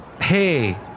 Hey